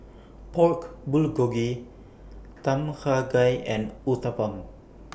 Pork Bulgogi Tom Kha Gai and Uthapam